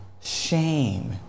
shame